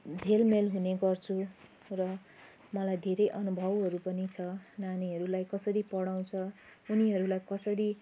झेलमेल हुने गर्छु र मलाई धेरै अनुभवहरू पनि छ नानीहरूलाई कसरी पढाउँछ उनीहरूलाई कसरी